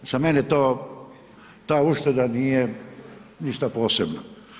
Za mene to ta ušteda nije ništa posebno.